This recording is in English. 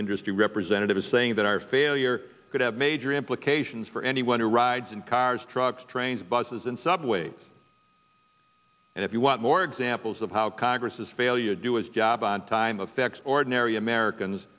industry representative saying that our failure could have major implications for anyone who rides in cars trucks trains buses and subways and if you want more examples of how congress failure to do his job on time affects ordinary americans